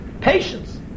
Patience